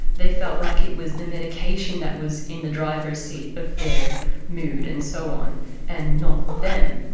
they felt like it was the medication that was in the driver's seat of their mood and so on and not them.